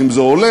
האם זה עולה?